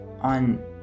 on